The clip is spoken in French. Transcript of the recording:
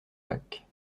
jacques